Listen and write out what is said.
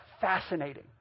fascinating